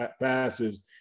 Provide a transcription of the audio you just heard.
passes